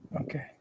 okay